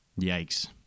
Yikes